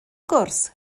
gwrs